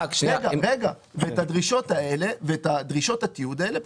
את הדרישות התיעוד האלה,